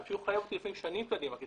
הם יוכלו לחייב אותי שנים קדימה.